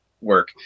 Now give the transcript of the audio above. work